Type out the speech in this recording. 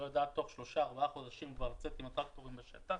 לא יודעת תוך שלושה-ארבעה חודשים לצאת עם הטרקטורים לשטח,